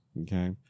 Okay